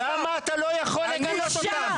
למה אתה לא יכול לגנות את הרוצחים האלה?